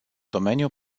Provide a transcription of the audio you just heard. domeniu